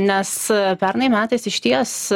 nes pernai metais išties